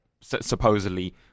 supposedly